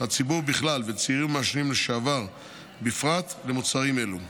הציבור בכלל וצעירים ומעשנים לשעבר בפרט למוצרים אלו,